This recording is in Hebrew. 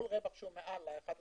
כל רווח שהוא מעל 11%,